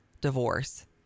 divorce